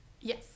Yes